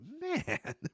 man